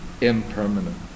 impermanent